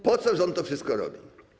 Po co rząd to wszystko robi?